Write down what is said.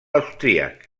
austríac